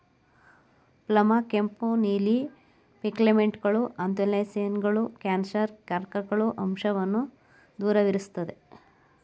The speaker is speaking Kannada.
ಪ್ಲಮ್ನ ಕೆಂಪು ನೀಲಿ ಪಿಗ್ಮೆಂಟ್ಗಳು ಆ್ಯಂಥೊಸಿಯಾನಿನ್ಗಳು ಕ್ಯಾನ್ಸರ್ಕಾರಕ ಅಂಶವನ್ನ ದೂರವಿರ್ಸ್ತದೆ